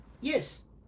Yes